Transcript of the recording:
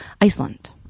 Iceland